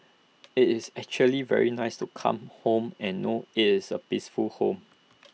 IT is actually very nice to come home and know IT is A peaceful home